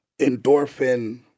endorphin